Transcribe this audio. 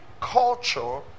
culture